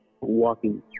walking